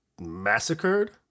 massacred